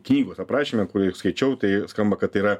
knygos aprašyme kurį skaičiau tai skamba kad tai yra